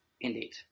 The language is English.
Indeed